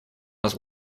нас